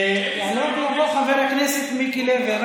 יעלה ויבוא חבר הכנסת מיקי לוי.